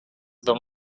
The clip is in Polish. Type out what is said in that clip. bym